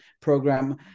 program